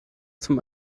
zum